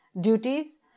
duties